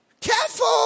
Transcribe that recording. careful